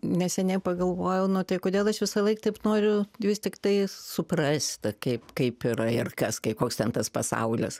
neseniai pagalvojau na tai kodėl aš visąlaik taip noriu vis tiktai suprast kaip kaip yra ir kas kaip koks ten tas pasaulis